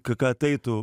kad eitų